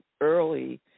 early